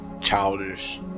childish